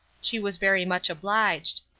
she was very much obliged.